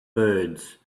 birds